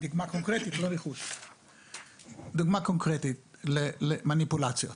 דוגמה קונקרטית למניפולציות